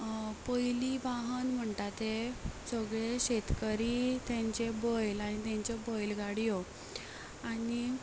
पयलीं वाहन म्हणटा तें सगले शेतकरी तेंचे बैल आनी तेंच्यो बैलगाडयो आनी